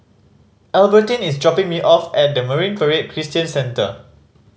Albertine is dropping me off at Marine Parade Christian Center